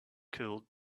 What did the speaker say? cooled